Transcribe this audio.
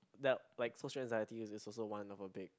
yup like social anxiety is also one of a big